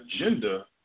agenda